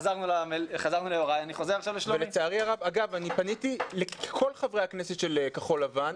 אני פניתי לכל חברי הכנסת של כחול לבן,